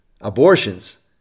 abortions